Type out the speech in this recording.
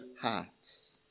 hearts